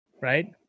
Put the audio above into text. Right